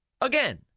Again